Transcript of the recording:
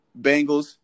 Bengals